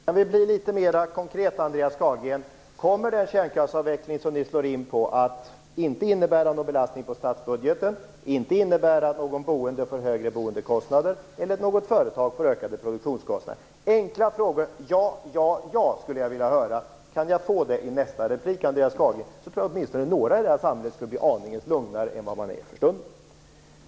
Fru talman! Jag vill bli litet mera konkret. Kommer den kärnkraftsavveckling som ni slår in på att inte innebära någon belastning på statsbudgeten, inte innebära att någon boende får högre boendekostnader eller att något företag får ökade produktionskostnader? Det är enkla frågor. Ja, ja, ja, skulle jag vilja höra. Kan jag få det svaret i nästa replik, Andreas Carlgren, tror jag åtminstone några i denna församling skulle bli aningen lugnare än vad de är för stunden.